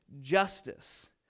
justice